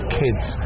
kids